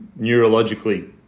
neurologically